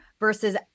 Versus